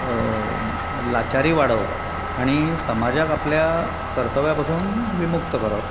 लाचारी वाडोवप आनी समाजाक आपल्या कर्तव्या पासून विमुक्त करप